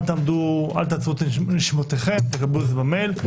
תקבלו את זה במייל.